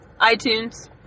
iTunes